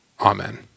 Amen